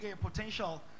potential